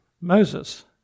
Moses